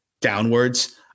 downwards